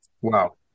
wow